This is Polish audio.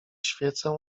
świecę